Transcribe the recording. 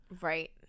Right